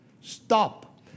stop